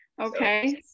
Okay